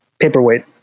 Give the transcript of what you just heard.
paperweight